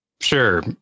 Sure